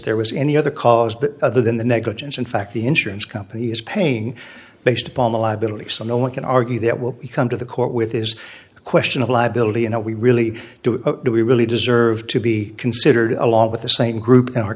there was any other cause that other than the negligence in fact the insurance company is paying based upon the liability so no one can argue that will come to the court with is a question of liability and how we really do it do we really deserve to be considered along with the same group in our